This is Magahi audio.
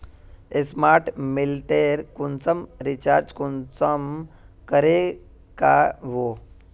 स्मार्ट मीटरेर कुंसम रिचार्ज कुंसम करे का बो?